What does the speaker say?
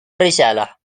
الرسالة